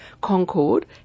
Concord